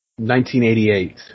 1988